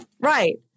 Right